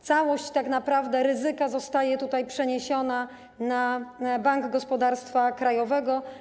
Całość tak naprawdę ryzyka zostaje tutaj przeniesiona na Bank Gospodarstwa Krajowego.